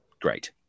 Great